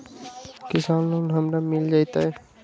किसान लोन हमरा मिल जायत?